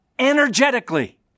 energetically